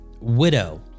widow